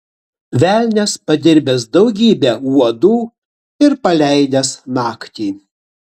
velnias padirbęs daugybę uodų ir paleidęs naktį